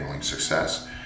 Success